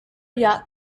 yacht